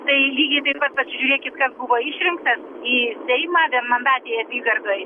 tai lygiai taip pat pasižiūrėkit kas buvo išrinktas į seimą vienmandatėj apygardoj